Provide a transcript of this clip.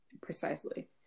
Precisely